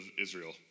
Israel